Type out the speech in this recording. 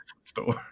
store